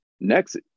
next